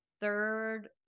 third